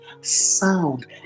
sound